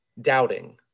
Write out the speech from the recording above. doubting